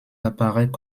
apparaît